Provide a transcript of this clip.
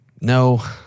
No